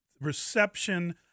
reception